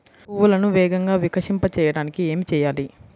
పువ్వులను వేగంగా వికసింపచేయటానికి ఏమి చేయాలి?